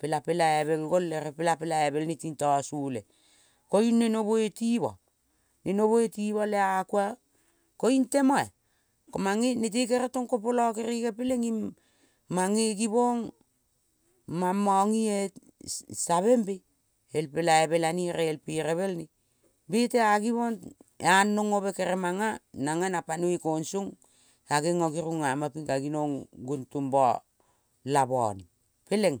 pela pelaivel gol ere ka pelaivel ne tintasole. Koiung ne novoi timua. Novoi ti mua le-a kua koiung temoa-a. Komange nete kere tong kopola kerene peleng ing mange givong mang, mange savembe el pelaive lane ere el perevel ne. Mange tea givong anong ove kere manga na panoi kong song-a gengo ngama ping ka gingong gontong ba la bane peleng.